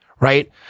right